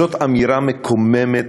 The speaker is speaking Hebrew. זאת אמירה מקוממת,